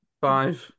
Five